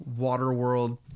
Waterworld